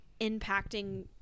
impacting